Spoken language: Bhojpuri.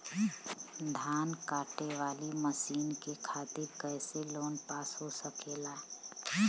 धान कांटेवाली मशीन के खातीर कैसे लोन पास हो सकेला?